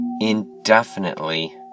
indefinitely